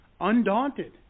Undaunted